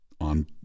on